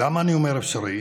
ולמה אני אומר אפשרי?